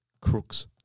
Crooks